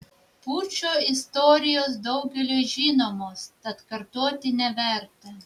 pučo istorijos daugeliui žinomos tad kartoti neverta